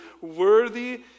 worthy